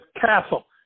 castle